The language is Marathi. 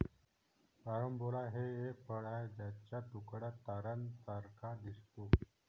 कारंबोला हे एक फळ आहे ज्याचा तुकडा ताऱ्यांसारखा दिसतो